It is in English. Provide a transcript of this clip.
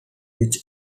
which